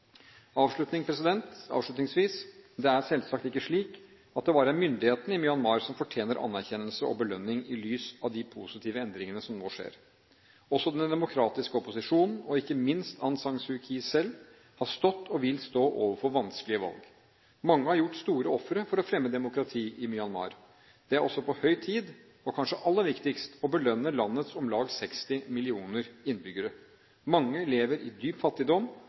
Avslutningsvis: Det er selvsagt ikke slik at det bare er myndighetene i Myanmar som fortjener anerkjennelse og belønning i lys av de positive endringene som nå skjer. Også den demokratiske opposisjonen og ikke minst Aung San Suu Kyi selv har stått og vil stå overfor vanskelige valg. Mange har gjort store ofre for å fremme demokrati i Myanmar. Det er også på høy tid – og kanskje aller viktigst – å belønne landets om lag 60 millioner innbyggere. Mange lever i dyp fattigdom,